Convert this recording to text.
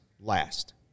last